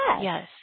Yes